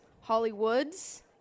Hollywood's